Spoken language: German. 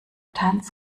tanz